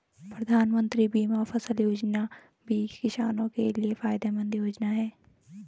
प्रधानमंत्री बीमा फसल योजना भी किसानो के लिये फायदेमंद योजना है